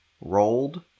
rolled